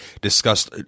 discussed